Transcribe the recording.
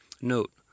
Note